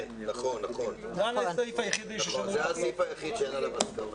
נכון, זה הסעיף היחיד שאין עליו הסכמה.